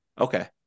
Okay